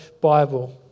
Bible